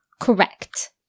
Correct